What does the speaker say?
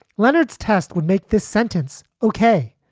leonard's test would make this sentence ok,